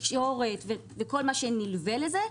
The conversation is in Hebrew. תקשורת וכל הנלווה לזה,